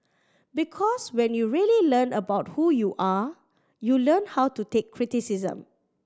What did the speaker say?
because when you really learn about who you are you learn how to take criticism